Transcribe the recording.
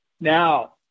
Now